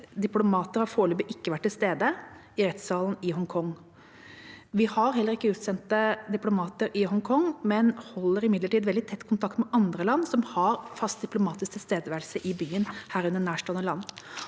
diplomater har foreløpig ikke vært til stede i rettssalen i Hongkong. Vi har heller ikke utsendte diplomater i Hongkong, men holder imidlertid veldig tett kontakt med andre land som har fast diplomatisk tilstedeværelse i byen, herunder nærstående land.